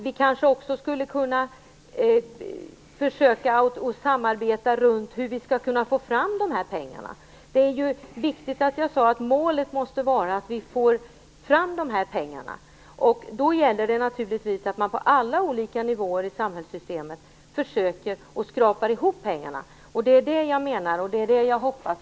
Vi kanske också skulle försöka samarbeta runt hur vi skall kunna få fram dessa pengar. Jag sade att målet måste vara att vi får fram dessa pengar. Då gäller det naturligtvis att man på alla olika nivåer i samhällssystemet försöker skrapa ihop pengar. Det är det jag menar, och det är det jag hoppas.